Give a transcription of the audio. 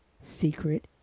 secret